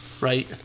right